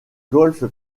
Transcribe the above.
golfe